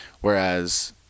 Whereas